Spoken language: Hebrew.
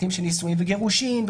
היבטים של נישואים וגירושים,